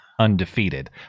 Undefeated